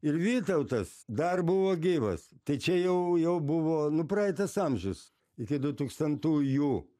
ir vytautas dar buvo gyvas tai čia jau jau buvo nu praeitas amžius iki dutūkstantųjų